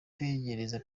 kivu